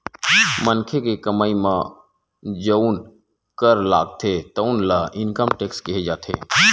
मनखे के कमई म जउन कर लागथे तउन ल इनकम टेक्स केहे जाथे